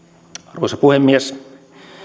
arvoisa puhemies